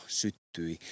syttyi